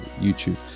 YouTube